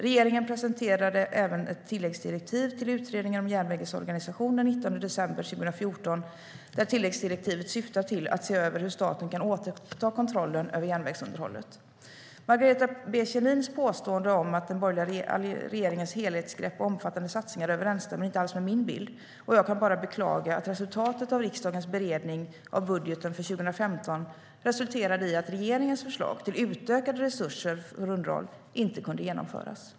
Regeringen presenterade ett tilläggsdirektiv till utredningen om järnvägens organisation den 19 december 2014 som syftar till att se över hur staten kan återta kontrollen över järnvägsunderhållet. Margareta B Kjellins påstående om alliansregeringens helhetsgrepp och omfattande satsningar överensstämmer inte alls med min bild, och jag kan bara beklaga att resultatet av riksdagens beredning av budgeten för 2015 resulterade i att regeringens förslag till utökade resurser för underhåll inte kunde genomföras.